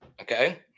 Okay